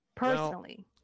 personally